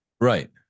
right